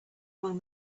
among